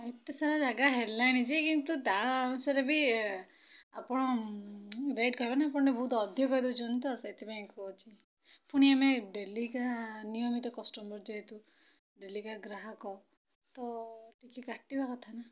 ହଁ ଏତେ ସାରା ଜାଗା ହେଲାଣି ଯେ କିନ୍ତୁ ତା ଅନୁସାରେ ବି ଆପଣ ରେଟ୍ କହିବେ ନା ଆପଣ ବହୁତ ଅଧିକ କହିଦଉଛନ୍ତି ତ ସେଥିପାଇଁ କହୁଛି ପୁଣି ଆମେ ଡେ ଲି କା ନିୟମିତ କଷ୍ଟମର୍ ଯେହେତୁ ଡେଲି କା ଗ୍ରାହକ ତ କିଛି କାଟିବା କଥା ନା